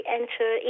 enter